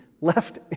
left